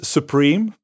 Supreme